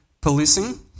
policing